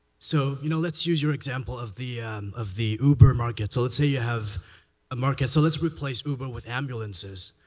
so you know let's use your example of the of the uber market. so let's say you have a market, so let's replace uber with ambulances.